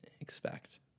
expect